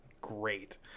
great